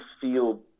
feel